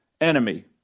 enemy